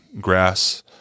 grass